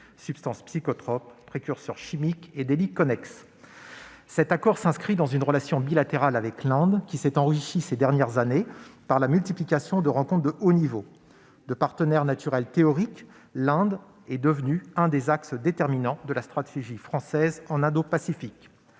substances psychotropes et de précurseurs chimiques, et des délits connexes. Cet accord s'inscrit dans une relation bilatérale avec l'Inde, relation qui s'est enrichie ces dernières années par la multiplication de rencontres de haut niveau. De partenaire naturel théorique, l'Inde est devenue l'un des axes déterminants de la stratégie française en Indopacifique.